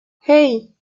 hey